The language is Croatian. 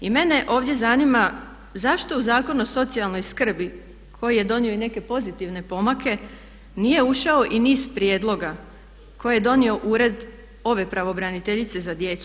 I mene ovdje zanima zašto u Zakon o socijalnoj skrbi koji je donio i neke pozitivne pomake nije ušao i niz prijedloga koje je donio ured ove pravobraniteljice za djecu.